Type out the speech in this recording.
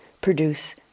produce